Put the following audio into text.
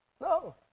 No